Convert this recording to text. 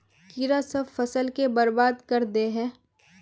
कीड़ा सब फ़सल के बर्बाद कर दे है?